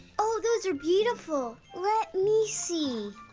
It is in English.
oh, those are beautiful. let me see!